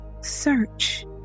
search